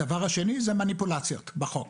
הדבר השני זה מניפולציות בחוק